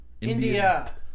India